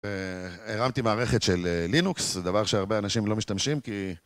הרמתי מערכת של לינוקס, זה דבר שהרבה אנשים לא משתמשים כי...